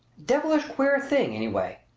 devilish queer thing, anyway!